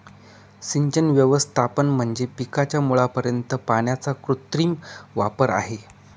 सिंचन व्यवस्थापन म्हणजे पिकाच्या मुळापर्यंत पाण्याचा कृत्रिम वापर आहे